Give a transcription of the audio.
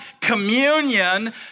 Communion